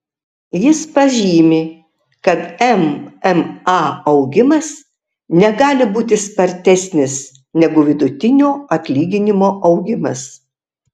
jis pažymi kad mma augimas negali būti spartesnis negu vidutinio atlyginimo augimas